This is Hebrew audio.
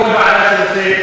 כל ועדה שנושא,